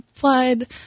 blood